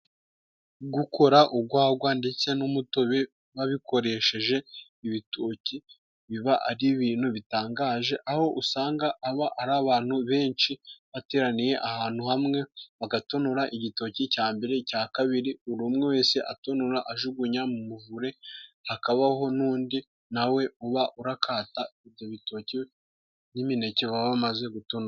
Gukora urwagwa ndetse n'umutobe babikoresheje ibitoki, biba ari ibintu bitangaje, aho usanga aba ari abantu benshi bateraniye ahantu hamwe bagatonora igitoki cya mbere, icya kabiri. Buri umwe wese atonora ajugunya mu muvure, hakabaho n'undi na we uba urakata ibyo bitoki n'imineke baba bamaze gutonora.